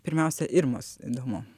pirmiausia irmos įdomu